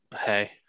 Hey